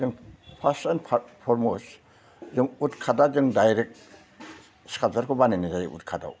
जों first and foremost जों wood काटआ जों डाइरेक्ट स्कालपचारखौ बानायनाय जायो जों उड काटआव